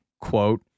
quote